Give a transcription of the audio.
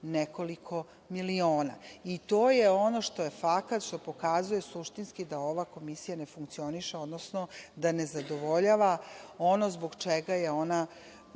nekoliko miliona. I to je ono što je fakat, što pokazuje suštinski da ova komisija ne funkcioniše, odnosno da ne zadovoljava ono zbog čega je ona